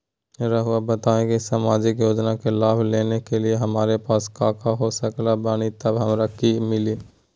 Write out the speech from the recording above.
रहुआ बताएं कि सामाजिक योजना के लाभ लेने के लिए हमारे पास काका हो सकल बानी तब हमरा के मिली?